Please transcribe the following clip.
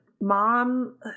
mom